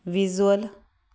visual